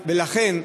לכן,